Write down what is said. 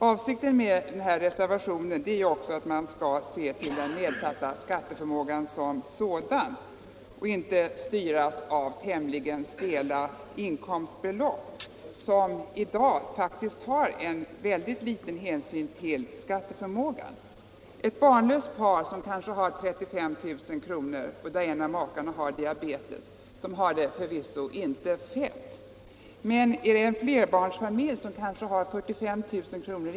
Avsikten med vår reservation är att man skall se till den nedsatta skatteförmågan som sådan och inte styras av tämligen stela inkomstbelopp, som i dag — Nr 36 faktiskt tar väldigt liten hänsyn till skatteförmågan. Torsdagen den Ett barnlöst par med en inkomst på 35 000 kr. och där en av makarna 13.mars 1975 har diabetes har det förvisso inte fett. Men en flerbarnsfamilj, som har 45 000 kr.